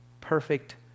Perfect